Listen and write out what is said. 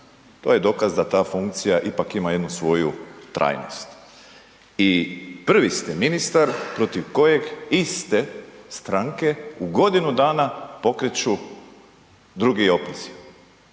To je dokaz da ta funkcija ipak ima jednu svoju trajnost i prvi ste ministar protiv kojeg iste stranke u godinu dana pokreću drugi opoziv.